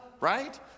right